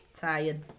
Tired